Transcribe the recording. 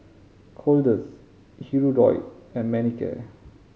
Kordel's Hirudoid and Manicare